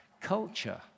culture